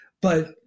but-